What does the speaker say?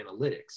analytics